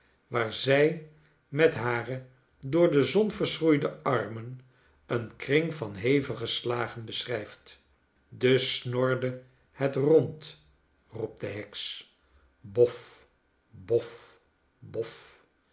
waar zij met hare door de zon verschroeide armen een kring van hevige slagen beschrijft dus snorde het rond roept de heks bof bof bof